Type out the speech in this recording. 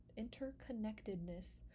interconnectedness